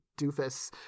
doofus